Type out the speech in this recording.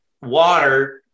water